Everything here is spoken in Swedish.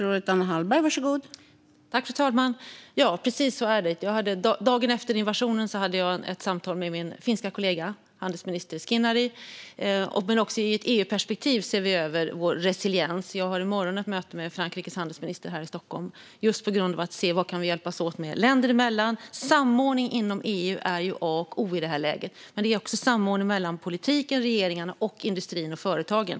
Fru talman! Precis så är det. Dagen efter invasionen hade jag ett samtal med min finske kollega handelsminister Skinnari. Också i ett EU-perspektiv ser vi över vår resiliens. Jag har i morgon ett möte med Frankrikes handelsminister här i Stockholm, just för att se vad vi kan hjälpas åt med länder emellan. Samordning inom EU är A och O i det här läget, men också samordning mellan å ena sidan politiken och regeringarna och å andra sidan industrin och företagen.